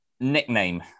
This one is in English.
nickname